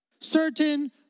Certain